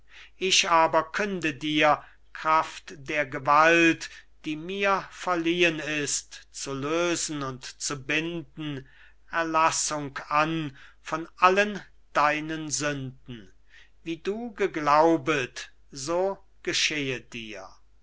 ich aber künde dir kraft der gewalt die mir verliehen ist zu lösen und zu binden erlassung an von allen deinen sünden wie du geglaubet so geschehe dir